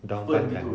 daun